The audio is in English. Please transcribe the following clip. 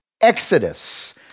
Exodus